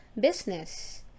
business